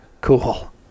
cool